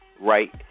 right